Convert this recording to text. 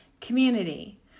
community